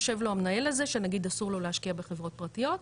יושב לו המנהל הזה שאסור לו להשקיע בחברות פרטיות,